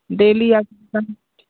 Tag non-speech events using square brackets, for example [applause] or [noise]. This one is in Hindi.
डेली [unintelligible]